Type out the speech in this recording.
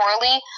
poorly